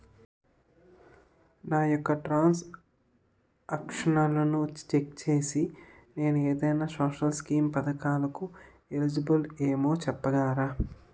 నా యెక్క ట్రాన్స్ ఆక్షన్లను చెక్ చేసి నేను ఏదైనా సోషల్ స్కీం పథకాలు కు ఎలిజిబుల్ ఏమో చెప్పగలరా?